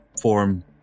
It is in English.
form